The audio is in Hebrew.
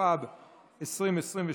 התשפ"ב 2022,